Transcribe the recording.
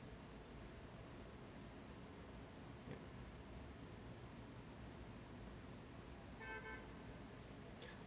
mm